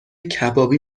کبابی